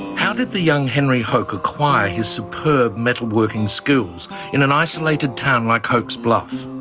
how did the young henry hoke acquire his superb metalworking skills in an isolated town like hoke's bluff?